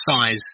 size